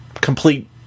Complete